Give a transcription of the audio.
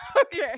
Okay